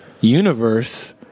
universe